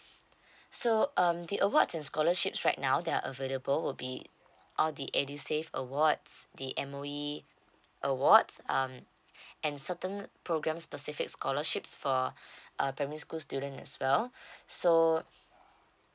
so um the award in scholarships right now there are available will be all the edusave awards the M_O_E awards um and certain program specific scholarships for uh primary school student as well so